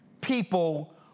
people